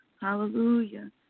hallelujah